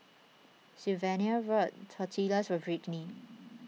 Sylvania bought Tortillas for Britany